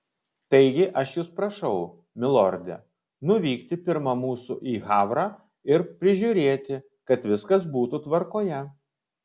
taigi aš jus prašau milorde nuvykti pirma mūsų į havrą ir prižiūrėti kad viskas būtų tvarkoje